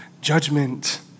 judgment